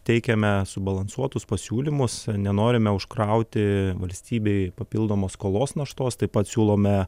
teikiame subalansuotus pasiūlymus ir nenorime užkrauti valstybei papildomos skolos naštos taip pat siūlome